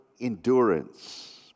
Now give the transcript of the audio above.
endurance